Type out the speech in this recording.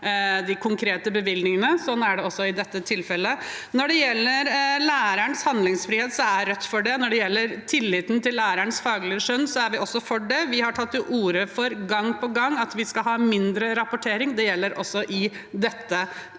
de konkrete bevilgningene. Sånn er det også i dette tilfellet. Når det gjelder lærerens handlingsfrihet, så er Rødt for det. Når det gjelder tilliten til lærerens faglige skjønn, er vi også for det. Vi har gang på gang tatt til orde for at vi skal ha mindre rapportering. Det gjelder også i dette tilfellet.